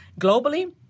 globally